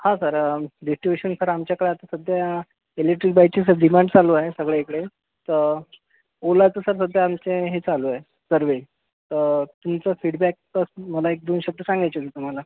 हा sir distribution sir आमच्याकडे आता सध्या इलेक्ट्रिक बाईकची सर डिमांड चालू आहे सगळं इकडे तर ओलाचं सर सध्या आमचे हे चालू आहे सर्वे तुमचं फीडबॅक तर मला एक दोन शब्द सांगायचे होते तुम्हाला